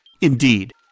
Indeed